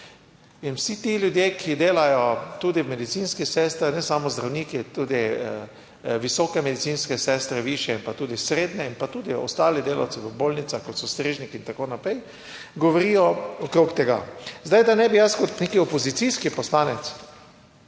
In vsi ti ljudje, ki delajo, tudi medicinskih sestrah, ne samo zdravniki, tudi visoke medicinske sestre, višje in, pa tudi srednje in pa tudi ostali delavci v bolnicah, kot so strežniki in tako naprej govorijo okrog tega. Zdaj, da ne bi jaz kot neki opozicijski poslanec